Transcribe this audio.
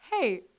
Hey